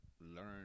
learn